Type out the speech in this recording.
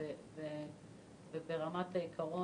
ברמת העיקרון,